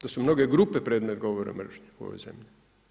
Da su mnoge grupe predmet govora mržnje u ovoj zemlji.